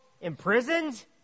imprisoned